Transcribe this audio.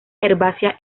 herbácea